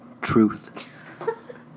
Truth